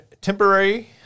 temporary